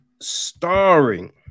starring